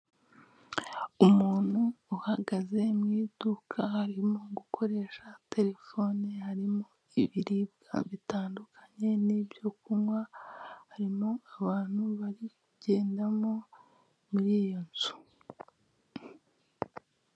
Umuntu uhagaze mw'iduka arimo gukoresha telefone, harimo ibiribwa bitandukanye n'ibyo kunywa. Harimo abantu bari kugendamo mur'iyo nzu.